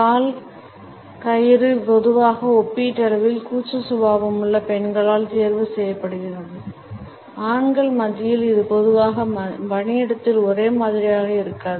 கால் கயிறு பொதுவாக ஒப்பீட்டளவில் கூச்ச சுபாவமுள்ள பெண்களால் தேர்வு செய்யப்படுகிறது ஆண்கள் மத்தியில் இது பொதுவாக பணியிடத்தில் ஒரே மாதிரியாக இருக்காது